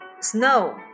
Snow